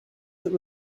that